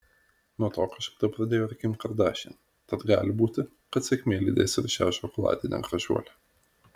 nuo to kažkada pradėjo ir kim kardashian tad gali būti kad sėkmė lydės ir šią šokoladinę gražuolę